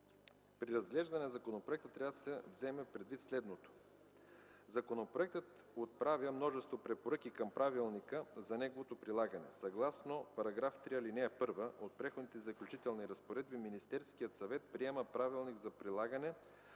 При разглеждане на законопроекта следва да се вземе предвид следното: 1. Законопроектът е от множество препоръки към Правилника за неговото прилагане. Съгласно § 3, ал. 1 от Преходните и заключителните разпоредби Министерският съвет приема Правилник за прилагане